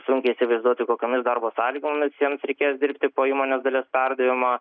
sunkiai įsivaizduoti kokiomis darbo sąlygomis jiems reikės dirbti po įmonės dalies perdavimo